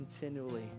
continually